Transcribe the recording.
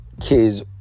kids